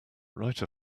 write